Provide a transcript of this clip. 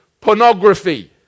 pornography